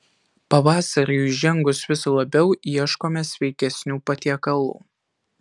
pavasariui įžengus vis labiau ieškome sveikesnių patiekalų